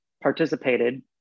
participated